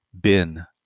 Bin